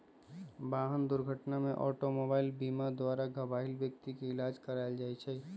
वाहन दुर्घटना में ऑटोमोबाइल बीमा द्वारा घबाहिल व्यक्ति के इलाज कएल जाइ छइ